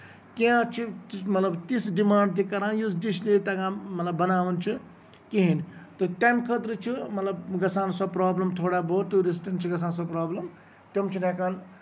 کیٚنحہہ چھِ تِژھ مطلب تِژھ ڈِمانڈ تہِ کران یُس ڈِش نہٕ ییٚتہِ تَگان مطلب بَناوُن چھُ کِہینۍ نہٕ تہٕ تَمہِ خٲطرٕ چھُ مطلب گژھان سۄ پروبلِم تھوڑا بہت ٹوٗرِسٹن چھےٚ گژھان سۄ پروبلِم تِم چھِنہٕ ہٮ۪کان